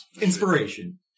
Inspiration